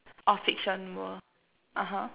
or fiction world (uh huh)